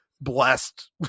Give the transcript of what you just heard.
blessed